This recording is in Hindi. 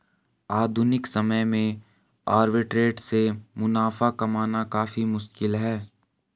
आधुनिक समय में आर्बिट्रेट से मुनाफा कमाना काफी मुश्किल है